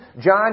John